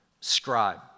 scribe